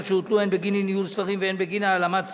שהוטלו הן בגין אי-ניהול ספרים והן בגין העלמת תשומות,